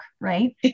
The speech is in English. right